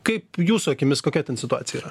kaip jūsų akimis kokia ten situacija yra